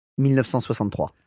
1963